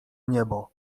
niebo